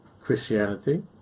Christianity